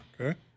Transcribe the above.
Okay